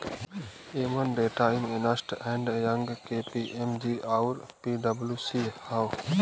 एमन Deloitte, Ernst and Young, KPMG आउर पी.डब्ल्यू.सी हौ